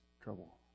trouble